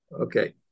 okay